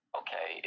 okay